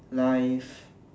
life